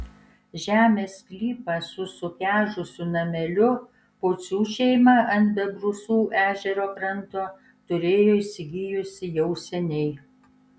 žemės sklypą su sukežusiu nameliu pocių šeima ant bebrusų ežero kranto turėjo įsigijusi jau seniai